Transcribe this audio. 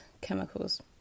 chemicals